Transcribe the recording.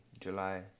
July